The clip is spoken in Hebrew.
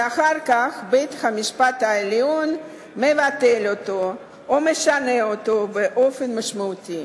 ואחר כך בית-המשפט העליון מבטל אותו או משנה אותו באופן משמעותי.